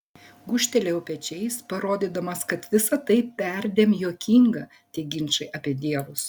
gūžtelėjau pečiais parodydamas kad visa tai perdėm juokinga tie ginčai apie dievus